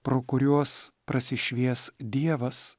pro kuriuos prasišvies dievas